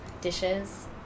dishes